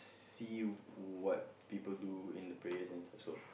see what people do in the prayers and stuff so